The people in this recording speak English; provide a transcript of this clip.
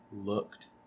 looked